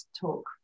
talk